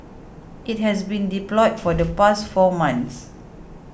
it has been deployed for the past four months